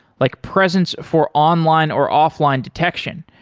like presence for online or offline detection,